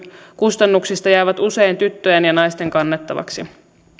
kustannuksista jää usein tyttöjen ja naisten kannettavaksi